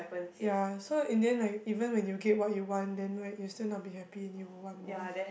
ya so in the end like even when you get what you want then like you still not be happy and you will want more